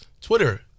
Twitter